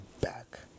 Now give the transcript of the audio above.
back